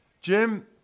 Jim